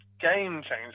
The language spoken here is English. game-changer